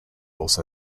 also